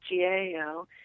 GAO